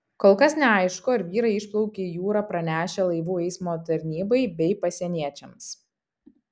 kol kas neaišku ar vyrai išplaukė į jūrą pranešę laivų eismo tarnybai bei pasieniečiams